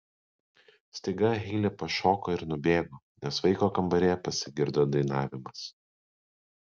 staiga heile pašoko ir nubėgo nes vaiko kambaryje pasigirdo dainavimas